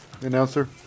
announcer